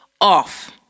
off